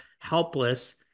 helpless